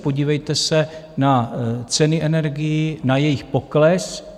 Podívejte se na ceny energií, na jejich pokles.